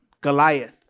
Goliath